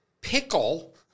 pickle